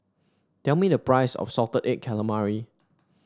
tell me the price of Salted Egg Calamari